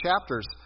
chapters